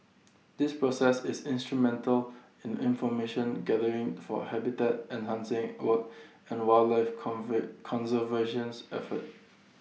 this process is instrumental in information gathering for habitat enhancing work and wildlife conservations efforts